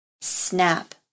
snap